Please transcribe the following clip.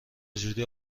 جوری